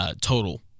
total